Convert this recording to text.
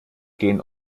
gehen